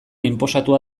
inposatuta